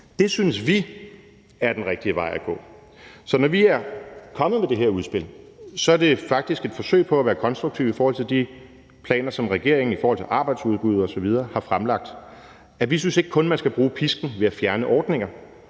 Det synes vi er den rigtige vej at gå, så når vi er kommet med det her udspil, er det faktisk et forsøg på at være konstruktive i forhold til de planer, som regeringen har fremlagt i forhold til arbejdsudbud osv. Vi synes ikke, man kun skal bruge pisken ved at fjerne ordninger,